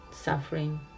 suffering